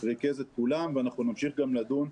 ריכז את כולם ואנחנו נמשיך גם לדון.